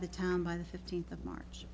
the time by the fifteenth of march